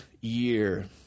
year